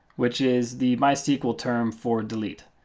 which is the mysql term for delete.